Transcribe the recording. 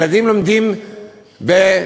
ילדים לומדים בפחונים?